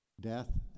Death